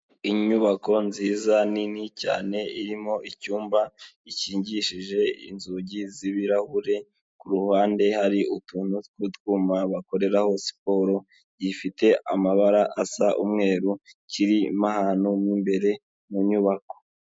Inyubako nziza nini cyane irimo icyumba gikingishije inzugi z'ibirahure, ku ruhande hari utuntu tw'utwuma bakoreraho siporo, gifite amabara asa umweru kiri mo ahantu mo imbere mu nyubako.